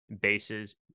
bases